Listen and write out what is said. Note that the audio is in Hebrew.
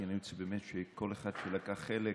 כי אני רוצה שכל אחד שלקח חלק,